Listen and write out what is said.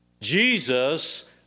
Jesus